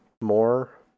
more